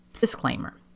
Disclaimer